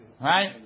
Right